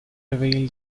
reveal